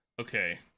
Okay